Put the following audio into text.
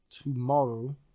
tomorrow